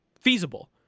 feasible